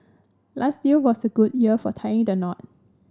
last year was a good year for tying the knot